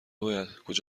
باید